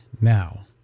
now